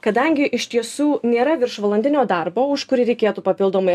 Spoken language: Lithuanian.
kadangi iš tiesų nėra viršvalandinio darbo už kurį reikėtų papildomai